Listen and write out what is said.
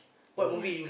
what movie